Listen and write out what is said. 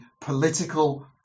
political